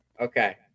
Okay